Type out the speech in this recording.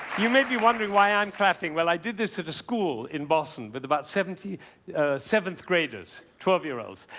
you may be wondering why i'm clapping. well, i did this at a school in boston with about seventy seventh graders, twelve year olds.